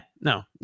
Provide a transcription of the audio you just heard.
no